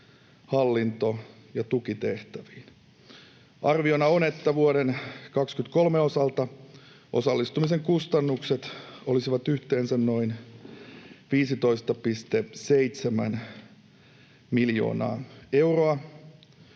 hallinto- ja tukitehtäviin. Arviona on, että vuoden 23 osalta osallistumisen kustannukset olisivat yhteensä noin 15,7 miljoonaa euroa.